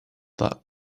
that